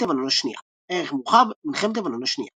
לבנון השנייה ערך מורחב – מלחמת לבנון השנייה